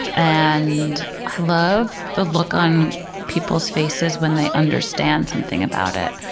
and i love the look on people's faces when they understand something about it.